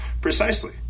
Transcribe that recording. Precisely